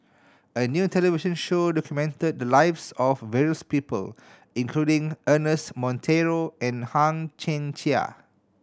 a new television show documented the lives of various people including Ernest Monteiro and Hang Chang Chieh